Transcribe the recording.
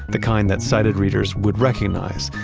the kind that sighted readers would recognize.